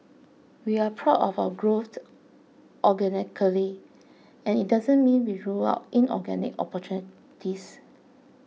we're proud of our growth organically and it doesn't mean we rule out inorganic opportunities